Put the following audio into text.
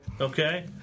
Okay